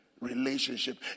relationship